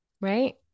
right